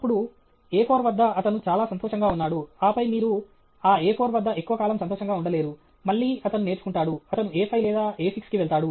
అప్పుడు A4 వద్ద అతను చాలా సంతోషంగా ఉన్నాడు ఆపై మీరు ఆ A4 వద్ద ఎక్కువ కాలం సంతోషంగా ఉండలేరు మళ్ళీ అతను నేర్చుకుంటాడు అతను A5 లేదా A6 కి వెళ్తాడు